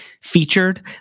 featured